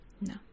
No